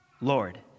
Lord